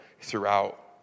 throughout